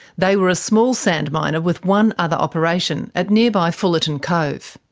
they were a small sand miner with one other operation, at nearby fullerton cove.